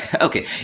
Okay